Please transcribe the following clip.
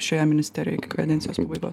šioje ministerijoje iki kadencijos pabaigos